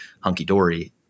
hunky-dory